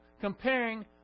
comparing